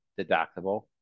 deductible